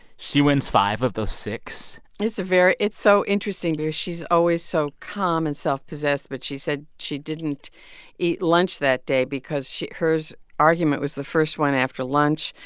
she wins five of those six it's a very it's so interesting because she's always so calm and self-possessed. but she said she didn't eat lunch that day because she her argument was the first one after lunch,